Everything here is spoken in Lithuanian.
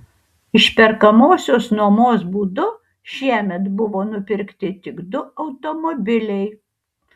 išperkamosios nuomos būdu šiemet buvo nupirkti tik du automobiliai